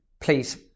please